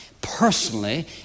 personally